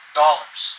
dollars